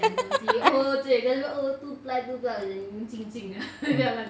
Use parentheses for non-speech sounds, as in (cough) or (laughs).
(laughs)